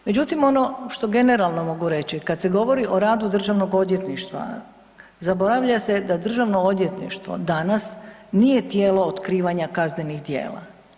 Međutim ono što generalno mogu reći kad se govori o radu Državnog odvjetništva zaboravlja se da Državno odvjetništvo danas nije tijelo otkrivanja kaznenih djela.